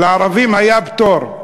לערבים היה פטור.